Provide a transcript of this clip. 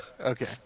Okay